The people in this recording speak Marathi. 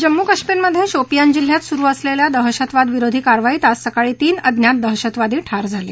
जम्मू कश्मीरमध्ये शोपियान जिल्ह्यात सुरु असलेल्या दहशतवाद विरोधी कारवाईत आज सकाळी तीन अज्ञात दहशतवादी ठार झाले